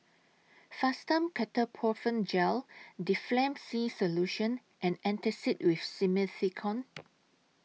Fastum Ketoprofen Gel Difflam C Solution and Antacid with Simethicone